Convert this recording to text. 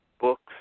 books